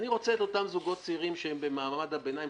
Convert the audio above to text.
רוצה את אותם זוגות צעירים שהם במעמד הביניים,